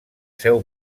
seu